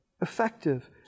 effective